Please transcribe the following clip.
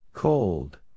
Cold